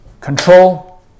Control